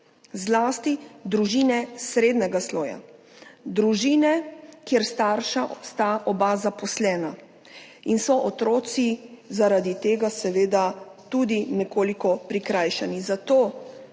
zlasti družine srednjega sloja, družine, kjer sta oba starša zaposlena in so otroci zaradi tega tudi nekoliko prikrajšani.